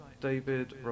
David